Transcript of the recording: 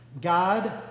God